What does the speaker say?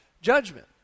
judgment